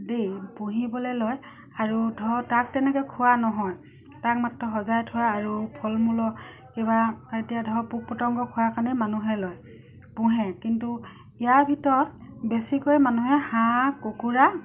দেই পুহিবলে লয় আৰু ধৰক তাক তেনেকে খোৱা নহয় তাক মাত্ৰ সজাই থয় আৰু ফল মূল কিবা এতিয়া ধৰক পোক পতংগ খোৱা কাৰণেই মানুহে লয় পুহে কিন্তু ইয়াৰ ভিতৰত বেছিকৈ মানুহে হাঁহ কুকুৰা